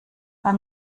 beim